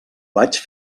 vaig